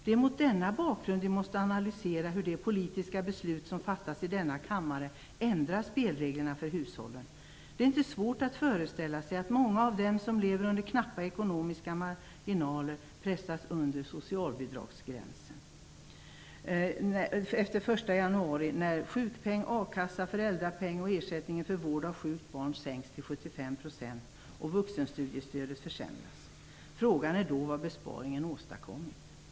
Det är mot denna bakgrund vi måste analysera hur de politiska beslut som fattas i denna kammare ändrar spelreglerna för hushållen. Det är inte svårt att föreställa sig att många av dem som lever under knappa ekonomiska marginaler pressas under socialbidragsgränsen efter den 1 januari nästa år när sjukpeng, akassa, föräldrapeng och ersättning för vård av sjukt barn sänks till 75 % och vuxenstudiestödet försämras. Frågan är då vad besparingen åstadkommit.